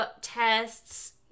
tests